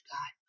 God